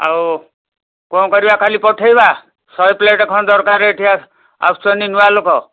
ଆଉ କଣ କରିବା କାଲି ପଠେଇବା ଶହେ ପ୍ଳେଟ୍ ଖଣ୍ଡେ ଦରକାର ଏଠି ଆସୁଛନ୍ତି ନୂଆଁ ଲୋକ